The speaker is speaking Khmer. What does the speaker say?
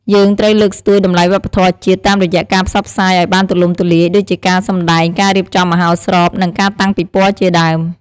យើងត្រូវលើកស្ទួយតម្លៃវប្បធម៌ជាតិ តាមរយៈការផ្សព្វផ្សាយឲ្យបានទូលំទូលាយ ដូចជាការសម្ដែង ការរៀបចំមហោស្រព និងការតាំងពិព័រណ៍ជាដើម។